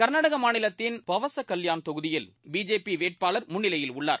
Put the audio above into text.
கர்நாடகா மாநிலத்தின் பவசகல்பாண் தொகுதியில் பிஜேபி வேட்பாளர் முன்னிலையில் உள்ளார்